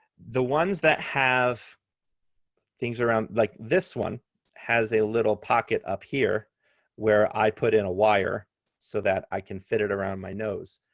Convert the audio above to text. the ones that have things around, like this one has a little pocket up here where i put in a wire so that i can fit it around my nose.